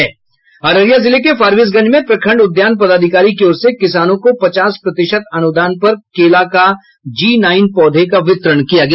अररिया जिले के फारबिसगंज में प्रखंड उद्यान पदाधिकारी की ओर से किसानों को पचास प्रतिशत अनुदान पर केला का जी नाइन पौधे का वितरण किया गया